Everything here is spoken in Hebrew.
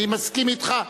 אני מסכים אתך,